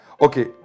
Okay